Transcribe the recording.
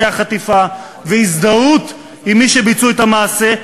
החטיפה והזדהות עם מי שביצעו את המעשה,